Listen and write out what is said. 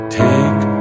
take